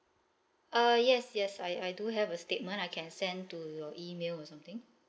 uh yes yes I I do have a statement I can send to your email or something